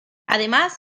además